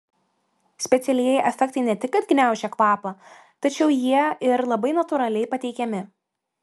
specialieji efektai ne tik kad gniaužia kvapą tačiau jie ir labai natūraliai pateikiami